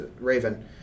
Raven